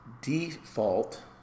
default